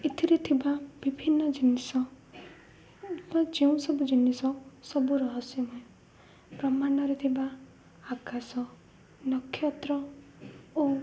ଏଥିରେ ଥିବା ବିଭିନ୍ନ ଜିନିଷ ବା ଯେଉଁ ସବୁ ଜିନିଷ ସବୁ ରହସ୍ୟମୟ ବ୍ରହ୍ମାଣ୍ଡରେ ଥିବା ଆକାଶ ନକ୍ଷତ୍ର ଓ